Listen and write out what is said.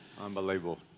Unbelievable